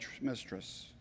mistress